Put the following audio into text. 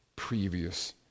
previous